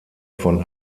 von